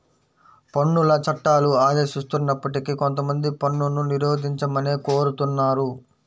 పన్నుల చట్టాలు ఆదేశిస్తున్నప్పటికీ కొంతమంది పన్నును నిరోధించమనే కోరుతున్నారు